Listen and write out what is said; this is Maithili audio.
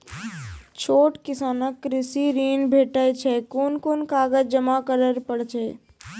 छोट किसानक कृषि ॠण भेटै छै? कून कून कागज जमा करे पड़े छै?